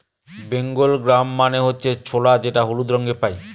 Bengal gram মানে হচ্ছে ছোলা যেটা হলুদ রঙে পাই